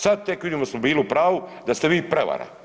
Sad tek vidimo da smo bili u pravu, da ste vi prevara.